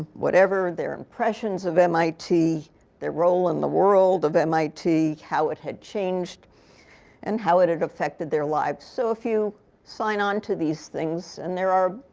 whatever their impressions of mit their role in the world of mit how it had changed and how it had affected their lives. so if you sign on to these things. and there are,